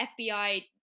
FBI